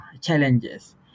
challenges